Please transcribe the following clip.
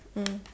mm